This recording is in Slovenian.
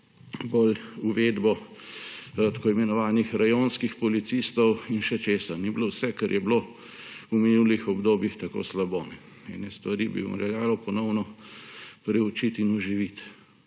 uvedbo tako imenovanih rajonskih policistov in še česa. Ni bilo vse, kar je bilo v minulih obdobjih, tako slabo, ene stvari bi veljalo ponovno preučiti in oživiti.